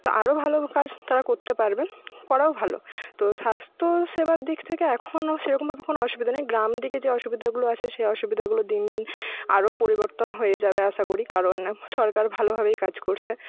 তো আরো ভালো কাজ তারা করতে পারবে করাও ভালো তো স্বাস্থ্য সেবার দিক থেকে এখনো সেরকমভাবে কোনো অসুবিধা নেই গ্রাম দিকে যে অসুবিধাগুলো আছে সে অসুবিধাগুলো দিন দিন আরো পরিবর্তন হয়ে যাবে আশা করি কারণ সরকার ভালোভাবেই কাজ করছে